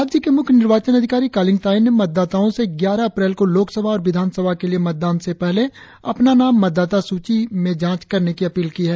राज्य के मुख्य निर्वाचन अधिकारी कालिंग तायेंग ने मतदाताओं से ग्यारह अप्रैल को लोक सभा और विधानसभा के लिए मतदान से पहले अपना नाम मतदाता सूची से जांच करने की अपील की है